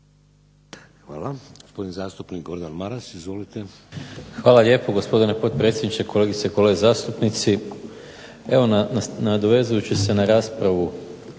Hvala. Gospodin zastupnik Gordan Maras. Izvolite. **Maras, Gordan (SDP)** Hvala lijepa. Gospodine potpredsjedniče, kolegice i kolege zastupnici. Evo nadovezujući se na raspravu